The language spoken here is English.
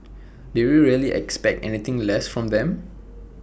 did you really expect anything less from them